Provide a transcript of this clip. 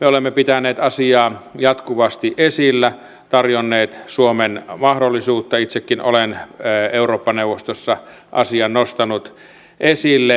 me olemme pitäneet asiaa jatkuvasti esillä tarjonneet suomen mahdollisuutta itsekin olen eurooppa neuvostossa asian nostanut esille